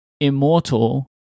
immortal